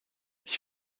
ich